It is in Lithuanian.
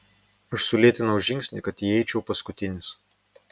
aš sulėtinau žingsnį kad įeičiau paskutinis